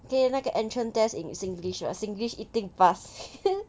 今天那个 entrance test in singlish ah singlish 一定 pass